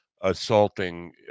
assaulting